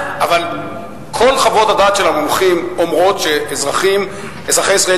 אבל כל חוות הדעת של המומחים אומרות שאזרחי ישראל,